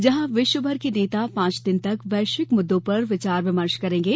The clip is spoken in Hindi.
जहां विश्व भर के नेता पांच दिन तक वैश्विक मुददों पर विचार विमर्श करेंगे